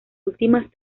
últimas